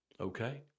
Okay